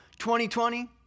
2020